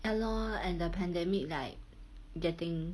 ya loh and the pandemic like getting